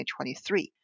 2023